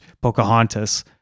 Pocahontas